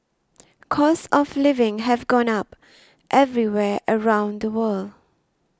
costs of living have gone up everywhere around the world